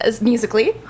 musically